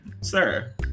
Sir